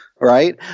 right